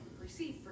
received